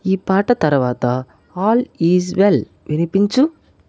ఈ పాట తర్వాత ఆల్ ఈజ్ వెల్ వినిపించు